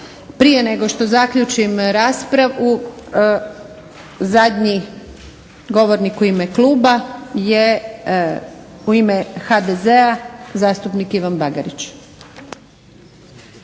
Prije nego što zaključim raspravu, zadnji govornik u ime Kluba je u ime HDZ-a zastupnik Ivan BAgarić.